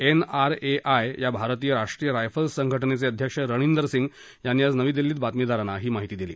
N R A I या भारतीय राष्ट्रीय रायफल्स संघ जिचे अध्यक्ष रणिंदर सिंग यांनी आज नवी दिल्लीत बातमीदारांना ही माहिती दिली